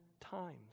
times